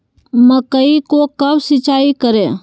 मकई को कब सिंचाई करे?